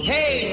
Hey